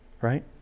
right